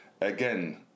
Again